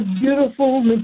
beautiful